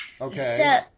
Okay